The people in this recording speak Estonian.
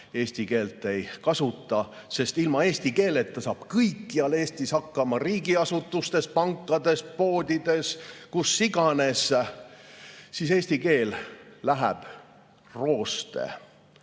eesti keelt ei kasuta, sest ilma eesti keeleta saab kõikjal Eestis hakkama: riigiasutustes, pankades, poodides, kus iganes, siis eesti keel läheb rooste.